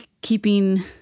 keeping